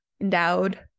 endowed